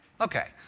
Okay